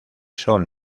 son